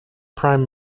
prime